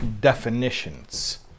definitions